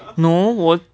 no 我